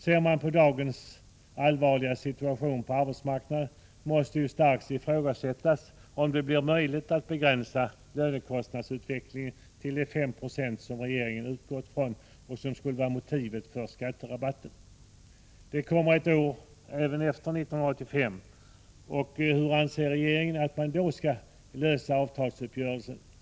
När man ser på dagens allvarliga situation på arbetsmarknaden måste man starkt ifrågasätta om det blir möjligt att begränsa lönekostnadsutvecklingen till de 5 26 som regeringen utgått ifrån och som skulle vara motivet för skatterabatten. Det kommer ett år även efter 1985 — hur anser regeringen att man då skall klara avtalsuppgörelsen?